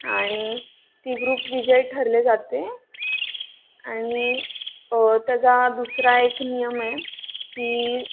आणि ती ग्रुप विजयी ठरले जाते आणि त्याचा दुसरा एक नियम आहे की